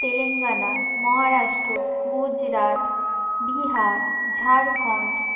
Telangana Maharashtra Gujarat Bihar Jharkhand